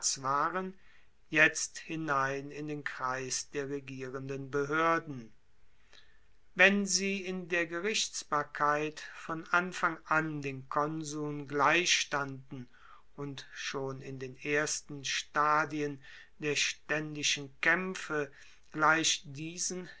waren jetzt hinein in den kreis der regierenden behoerden wenn sie in der gerichtsbarkeit von anfang an den konsuln gleichstanden und schon in den ersten stadien der staendischen kaempfe gleich diesen